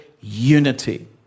unity